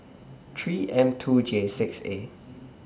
three M two J six A